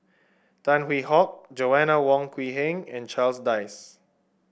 Tan Hwee Hock Joanna Wong Quee Heng and Charles Dyce